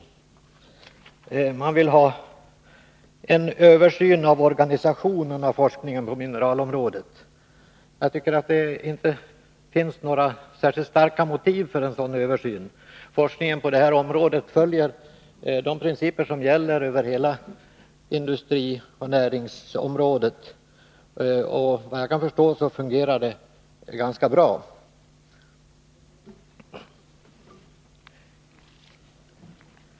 Reservanterna vill ha en översyn av organisationen av forskningen på mineralområdet. Jag tycker inte att det finns några starka motiv för en sådan översyn. Forskningen på detta område följer de principer som gäller över hela industrioch näringsområdet, och såvitt jag förstår fungerar det hela ganska bra.